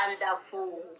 Wonderful